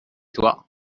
toi